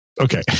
okay